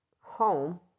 home